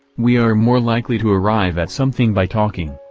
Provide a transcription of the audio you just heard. we are more likely to arrive at something by talking,